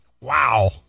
Wow